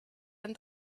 and